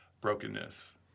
brokenness